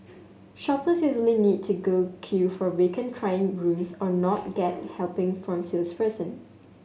shoppers usually need to go queue for vacant trying rooms or not get helping from salesperson